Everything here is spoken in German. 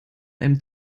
einem